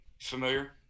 Familiar